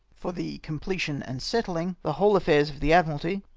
for the completing and settling the whole affairs of the admiralty.